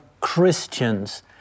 Christians